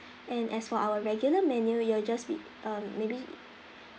and as for our regular menu you'll just be um maybe